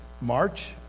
March